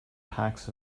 packs